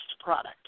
product